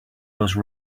those